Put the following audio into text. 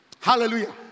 Hallelujah